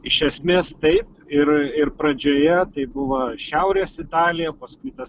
iš esmės taip ir ir pradžioje tai buvo šiaurės italija paskui tas